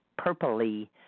purpley